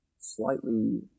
slightly